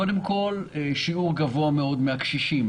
קודם כול, שיעור גבוה מאוד מן הקשישים